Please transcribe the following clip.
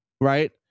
right